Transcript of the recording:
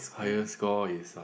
highest score is uh